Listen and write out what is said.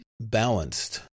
balanced